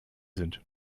sind